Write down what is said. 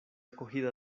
acogida